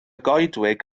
goedwig